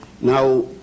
Now